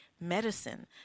medicine